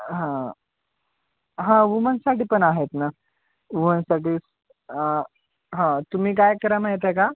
हा हा वुमन्साठीपण आहेत ना वुमन्साठी हा तुम्ही काय करा माहित आहे का